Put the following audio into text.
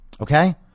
okay